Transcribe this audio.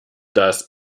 das